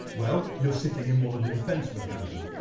well, you're sitting in one of the defense mechanisms.